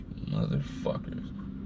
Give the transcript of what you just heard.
Motherfuckers